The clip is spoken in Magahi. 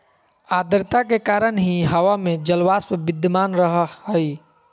आद्रता के कारण ही हवा में जलवाष्प विद्यमान रह हई